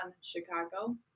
Chicago